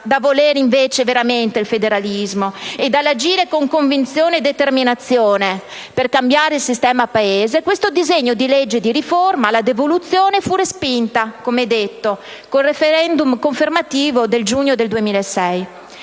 dal volere veramente il federalismo e dall'agire con convinzione e determinazione per cambiare il sistema Paese, questo disegno di legge di riforma - mi riferisco alla devoluzione - fu respinto, come già detto, con il *referendum* confermativo del giugno 2006.